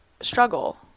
struggle